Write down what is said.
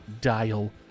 dial